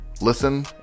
Listen